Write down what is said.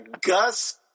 Gus